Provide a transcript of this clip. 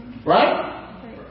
Right